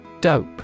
Dope